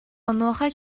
онуоха